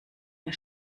mir